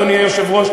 אדוני היושב-ראש,